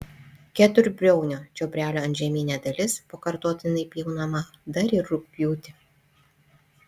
keturbriaunio čiobrelio antžeminė dalis pakartotinai pjaunama dar ir rugpjūtį